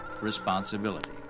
responsibility